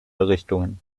richtungen